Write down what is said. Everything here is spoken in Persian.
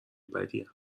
بدیم